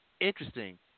Interesting